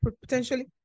potentially